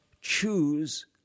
choose